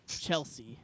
Chelsea